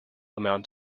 amount